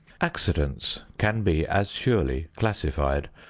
accidents can be as surely classified,